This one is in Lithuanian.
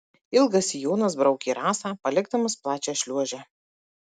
ilgas sijonas braukė rasą palikdamas plačią šliuožę